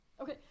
Okay